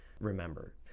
remember